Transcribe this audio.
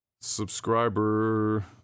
subscriber